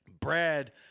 Brad